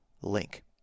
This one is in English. link